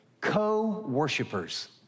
co-worshippers